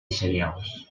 cereals